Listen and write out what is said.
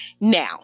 Now